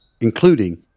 including